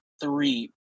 three